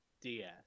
DS